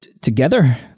together